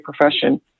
profession